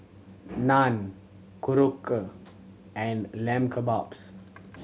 Naan Korokke and Lamb Kebabs